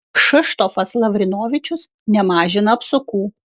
kšištofas lavrinovičius nemažina apsukų